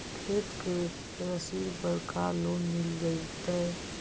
खेत के रसिद पर का लोन मिल जइतै?